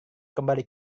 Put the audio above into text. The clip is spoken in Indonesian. kembali